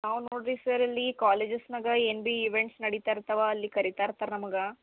ನಾವು ನೋಡ್ರಿ ಸರ್ ಇಲ್ಲಿ ಕಾಲೇಜಸ್ನಗ ಏನ್ ಬಿ ಇವೆಂಟ್ಸ್ ನಡಿತಾ ಇರ್ತವ ಅಲ್ಲಿ ಕರಿತ ಇರ್ತಾರೆ ನಮಗೆ